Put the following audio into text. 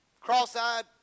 cross-eyed